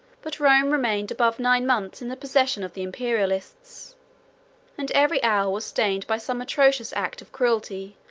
but rome remained above nine months in the possession of the imperialists and every hour was stained by some atrocious act of cruelty,